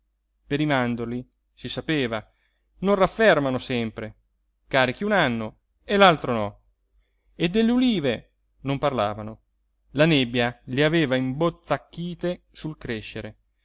per i mandorli si sapeva non raffermano sempre carichi un anno e l'altro no e delle ulive non parlavano la nebbia le aveva imbozzacchite sul crescere